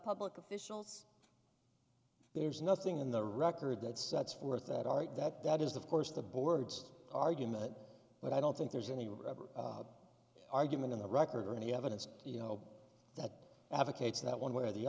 public officials there's nothing in the record that sets forth that are right that that is of course the board's argument but i don't think there's any whatever argument in the record or any evidence you know that advocates that one way or the